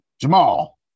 Jamal